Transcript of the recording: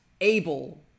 able